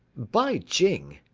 by jing,